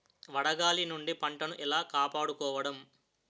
వడగాలి నుండి పంటను ఏలా కాపాడుకోవడం?